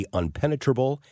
unpenetrable